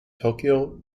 tokyo